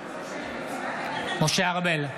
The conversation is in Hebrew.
בעד משה ארבל,